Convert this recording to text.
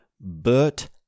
Bert